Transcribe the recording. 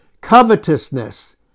Covetousness